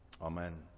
amen